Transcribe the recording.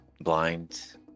Blind